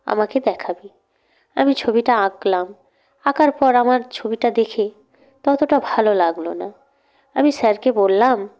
আমাকে দেখাবি আমি ছবিটা আঁকলাম আঁকার পর আমার ছবিটা দেখে ততটা ভালো লাগল না আমি স্যারকে বললাম